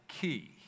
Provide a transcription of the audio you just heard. key